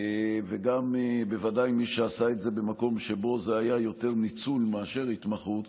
וגם בוודאי מי שעשה את זה במקום שבו זה היה יותר ניצול מאשר התמחות,